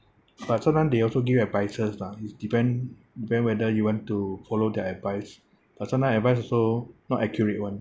but sometime they also give advices lah it's depend depend whether you want to follow their advice but sometimes advice also not accurate [one]